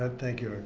ah thank you.